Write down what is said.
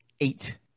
eight